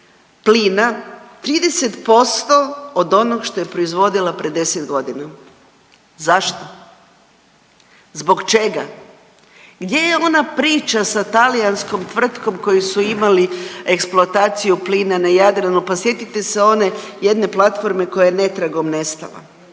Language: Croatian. plina 30% od onog što je proizvodila pre 10 godina. Zašto? Zbog čega? Gdje je ona priča sa talijanskom tvrtkom koju su imali eksploataciju plina na Jadranu, pa sjetite se one jedne platforme koja je netragom nestala.